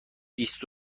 بیست